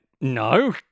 no